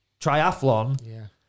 triathlon